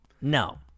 no